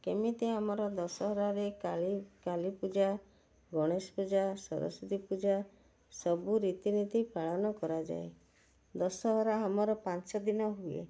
କେମିତି ଆମର ଦଶହରାରେ କାଳୀ କାଳୀପୂଜା ଗଣେଶ ପୂଜା ସରସ୍ୱତୀ ପୂଜା ସବୁ ରୀତିନୀତି ପାଳନ କରାଯାଏ ଦଶହରା ଆମର ପାଞ୍ଚ ଦିନ ହୁଏ